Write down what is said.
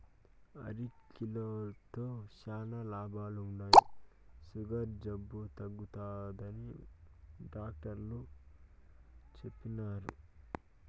అరికెలతో శానా లాభాలుండాయి, సుగర్ జబ్బు తగ్గుతాదని డాట్టరు చెప్పిన్నారు